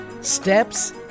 steps